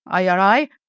IRI